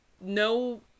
no